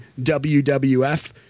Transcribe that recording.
WWF